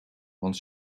want